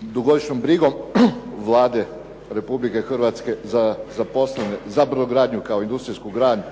dugogodišnjom brigom Vlade Republike Hrvatske za brodogradnju kao industrijsku granu,